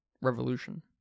revolution